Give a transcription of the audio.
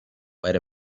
wait